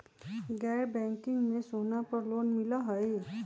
गैर बैंकिंग में सोना पर लोन मिलहई?